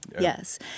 Yes